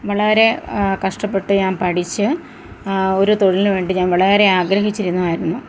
വളരെ കഷ്ടപ്പെട്ട് ഞാന് പഠിച്ച് ഒരു തൊഴിലിനുവേണ്ടി ഞാന് വളരെ ആഗ്രഹിച്ചിരുന്നതായിരുന്നു